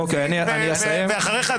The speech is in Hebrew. ואחריך,